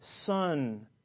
Son